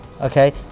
okay